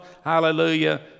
hallelujah